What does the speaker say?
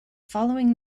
following